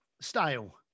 Style